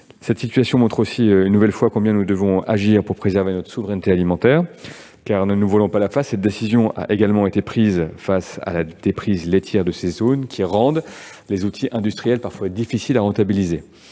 Cette situation montre aussi une nouvelle fois combien nous devons agir pour préserver notre souveraineté alimentaire. Ne nous voilons pas la face : cette décision a également été prise face à la déprise laitière de ces zones, qui rend les outils industriels parfois difficiles à rentabiliser.